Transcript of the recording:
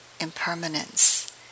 impermanence